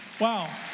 Wow